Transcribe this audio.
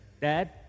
Dad